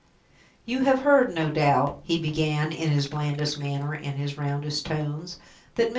you have heard, no doubt, he began, in his blandest manner and his roundest tones,